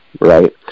right